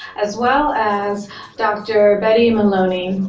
as well as dr. betty maloney.